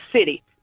city